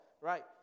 right